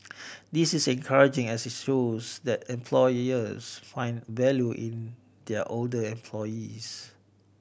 this is encouraging as it shows that employers find value in their older employees